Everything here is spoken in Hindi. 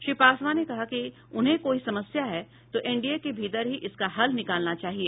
श्री पासवान ने कहा कि उन्हें कोई समस्या है तो एनडीए के भीतर ही इसका हल निकालना चाहिए